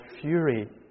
fury